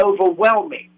overwhelming